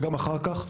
וגם אחר כך,